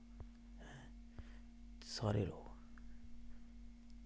सारे